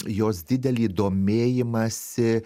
jos didelį domėjimąsi